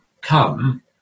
come